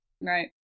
Right